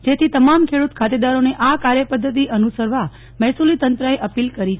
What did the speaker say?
જેથી તમામ ખેડૂત ખાતેદારોને આ કાર્યપધ્ધતિ અનુસરવા મહેસુલી તંત્રએ અપીલ કરી છે